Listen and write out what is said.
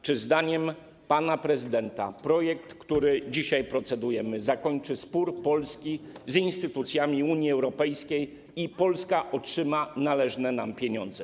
Czy zdaniem pana prezydenta projekt, nad którym dzisiaj procedujemy, zakończy spór Polski z instytucjami Unii Europejskiej i Polska otrzyma należne nam pieniądze?